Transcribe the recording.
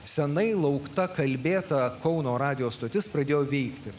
seniai laukta kalbėta kauno radijo stotis pradėjo veikti